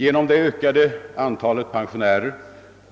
Genom det ökade antalet pensionärer